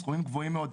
סכומים גבוהים מאוד,